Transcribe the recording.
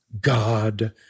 God